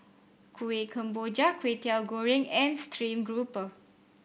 Kuih Kemboja Kway Teow Goreng and stream grouper